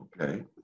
Okay